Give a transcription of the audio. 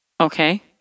Okay